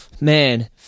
Man